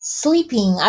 sleeping